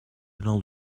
lors